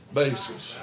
basis